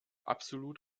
absolut